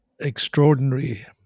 extraordinary